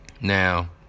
now